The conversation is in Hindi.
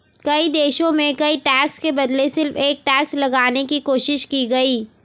कई देशों में कई टैक्स के बदले सिर्फ एक टैक्स लगाने की कोशिश की गयी